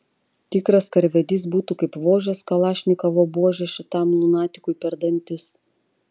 tikras karvedys būtų kaip vožęs kalašnikovo buože šitam lunatikui per dantis